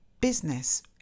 business